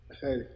Hey